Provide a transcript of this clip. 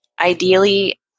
ideally